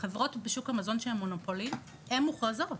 החברות בשוק המזון, כשהן מונופולין, הן מוכרזות.